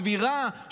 סבירה,